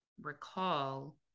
recall